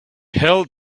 held